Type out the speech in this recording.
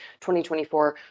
2024